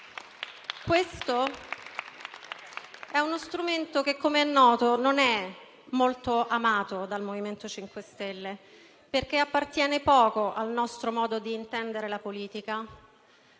Questo è uno strumento che, come è noto, non è molto amato dal MoVimento 5 Stelle, perché appartiene poco al nostro modo di intendere la politica.